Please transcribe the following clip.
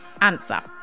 answer